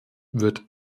wird